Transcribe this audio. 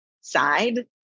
side